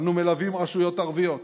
אנו מלווים רשויות ערביות.